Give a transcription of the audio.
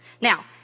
Now